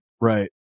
Right